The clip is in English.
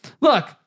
Look